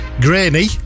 Grainy